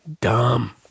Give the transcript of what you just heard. dumb